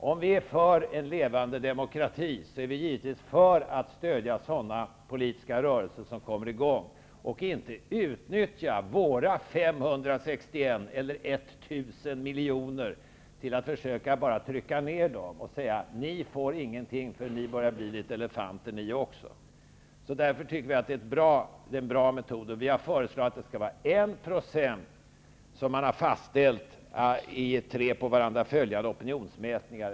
Om vi är för en levande demokrati är vi givetvis för ett stöd till politiska rörelser som kommer i gång i stället för att utnyttja våra 561 miljoner eller 1 000 miljoner till att trycka ner dessa rörelser och säga till dem att de inte får något stöd eftersom också de börjar bli litet av elefanter. Vi tycker därför att detta är en bra metod, och vi har föreslagit att partierna skall ha 1 % av väljarstödet och att det skall ha fastställts i tre på varandra följande opinionsmätningar.